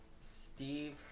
Steve